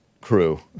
crew